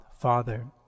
Father